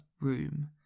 room